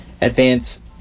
advance